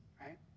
right